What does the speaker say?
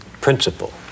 principle